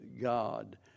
God